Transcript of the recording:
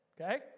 okay